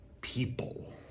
people